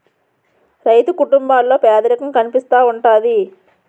రైతు కుటుంబాల్లో పేదరికం కనిపిస్తా ఉంటది